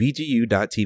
VGU.TV